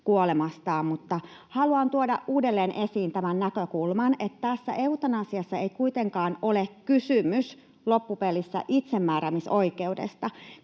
kuolemastaan. Mutta haluan tuoda uudelleen esiin tämän näkökulman, että tässä eutanasiassa ei kuitenkaan ole kysymys loppupelissä itsemääräämisoikeudesta,